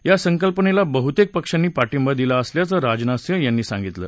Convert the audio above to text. या संकल्पनेला बहुतेक पक्षांनी पाठिंबा दिला असल्याचं राजनाथ सिंह यांनी सांगितलं